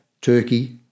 Turkey